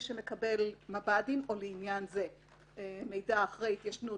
שמקבל מב"דים או לעניין זה מידע אחרי התיישנות,